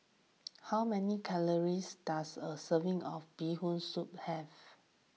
how many calories does a serving of Bee Hoon Soup have